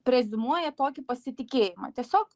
preziumuoja tokį pasitikėjimą tiesiog